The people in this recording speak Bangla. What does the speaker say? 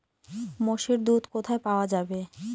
মোষের দুধ কোথায় পাওয়া যাবে?